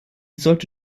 sollte